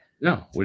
No